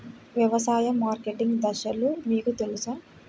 వ్యవసాయ మార్కెటింగ్ దశలు మీకు తెలుసా?